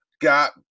got